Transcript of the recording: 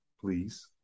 please